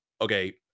okay